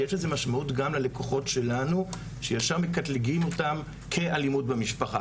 יש לזה משמעות גם ללקוחות שלנו שישר מקטלגים אותם כאלימות במשפחה.